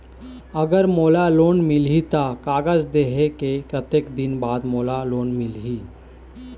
अगर मोला लोन मिलही त कागज देहे के कतेक दिन बाद मोला लोन मिलही?